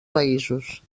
països